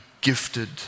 gifted